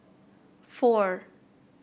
four